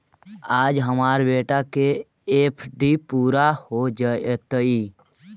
आज हमार बेटा के एफ.डी पूरा हो जयतई